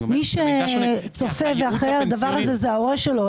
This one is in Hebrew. מי שצופה ואחראי על הדבר הזה הוא ההורה שלו.